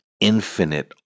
infinite